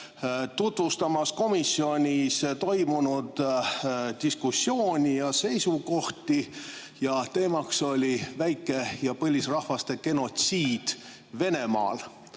tutvustamas komisjonis toimunud diskussiooni ja seisukohti. Teemaks oli väike- ja põlisrahvaste genotsiid Venemaal,